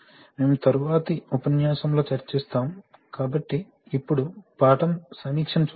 మేము తరువాతి ఉపన్యాసంలో చర్చిస్తాము కాబట్టి ఇప్పుడు పాఠం సమీక్షను చూద్దాము